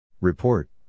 Report